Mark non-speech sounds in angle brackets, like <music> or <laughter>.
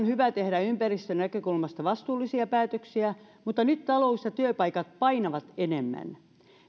<unintelligible> hyvä tehdä ympäristönäkökulmasta vastuullisia päätöksiä mutta nyt talous ja työpaikat painavat enemmän